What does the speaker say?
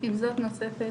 עם זאת נוספת